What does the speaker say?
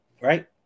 Right